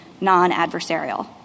non-adversarial